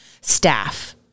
staff